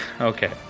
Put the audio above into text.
Okay